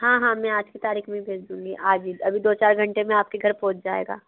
हाँ हाँ मैं आज की तारिख़ में भेज दूँगी आज ही अभी दो चार घंटे मे आपके घर पहुंच जाएगा